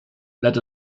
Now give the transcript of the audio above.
let